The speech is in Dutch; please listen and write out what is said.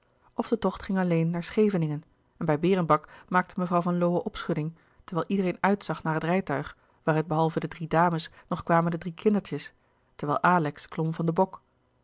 of de tocht ging alleen naar scheveningen en bij berenbak maakte mevrouw van lowe opschudding terwijl iedereen uitzag naar het rijtuig waaruit behalve de drie dames nog kwamen de drie kindertjes terwijl alex klom van den bok